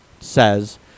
says